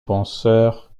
penseur